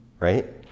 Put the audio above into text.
right